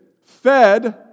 fed